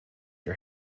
her